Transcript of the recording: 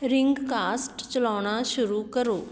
RingCast ਚਲਾਉਣਾ ਸ਼ੁਰੂ ਕਰੋ